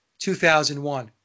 2001